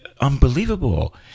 Unbelievable